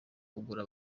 kugura